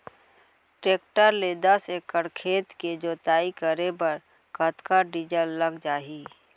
Tractor ले दस एकड़ खेत के जुताई करे बर कतका डीजल लग जाही?